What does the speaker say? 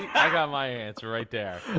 i got my answer right there.